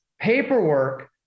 paperwork